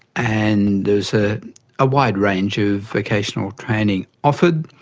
and there was a wide range of vocational training offered.